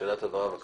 שאלת הבהרה, בבקשה.